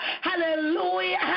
hallelujah